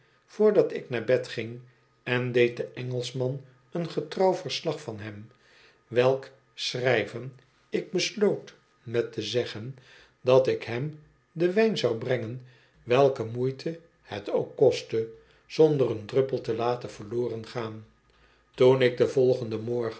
ik naar bed ging en deed den engelschman een getrouw verslag van hem welk schrijven ik besloot met te zeggen dat ik hem den wijn zou brengen welke moeite het ook kostte zonder een druppel te laten verloren gaan toen ik den volgenden morgen